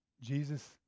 Jesus